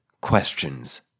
questions